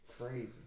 Crazy